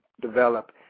develop